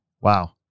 Wow